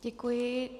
Děkuji.